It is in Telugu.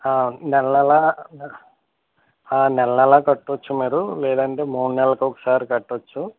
నెల నెలా నెల నెలా కట్టవచ్చు మీరు లేదంటే మూడు నెలలకి ఒకసారి కట్టవచ్చు